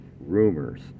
Rumors